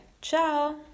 Ciao